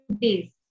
days